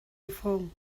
reform